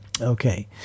okay